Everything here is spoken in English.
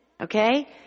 Okay